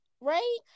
right